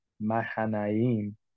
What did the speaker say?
Mahanaim